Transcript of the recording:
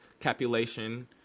capulation